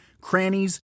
crannies